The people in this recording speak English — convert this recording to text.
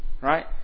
Right